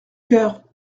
cœur